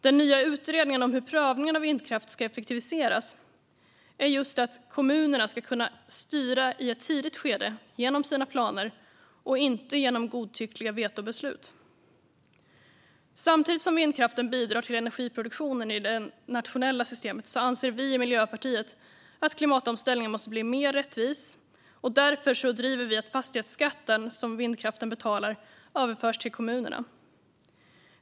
Den nya utredningen om hur prövningen av vindkraft ska effektiviseras handlar om att kommunerna ska kunna styra i ett tidigt skede genom sina planer och inte genom godtyckliga vetobeslut. Samtidigt som vindkraften bidrar till energiproduktion i det nationella systemet anser vi i Miljöpartiet att klimatomställningen måste bli mer rättvis, och därför driver vi att fastighetsskatten som vindkraften betalar överförs till kommunerna.